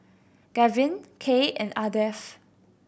Gavyn Kaye and Ardeth